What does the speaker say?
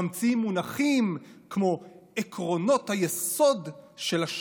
אנחנו עובדים על החוק שיסדיר את כל העניינים,